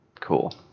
Cool